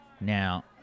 Now